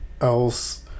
else